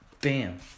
Bam